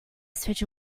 switch